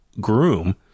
groom